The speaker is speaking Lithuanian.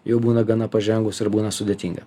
jau būna gana pažengus ir būna sudėtinga